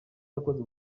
yakoze